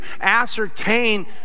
ascertain